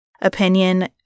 opinion